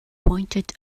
pointed